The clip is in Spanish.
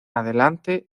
adelante